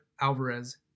Alvarez